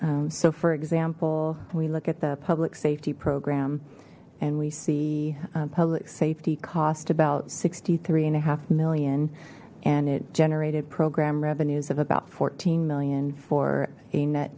so for example we look at the public safety program and we see public safety cost about sixty three and a half million and it generated program revenues of about fourteen million for